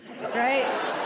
right